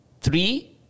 three